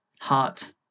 heart